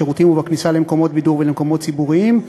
בשירותים ובכניסה למקומות בידור ולמקומות ציבוריים,